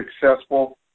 successful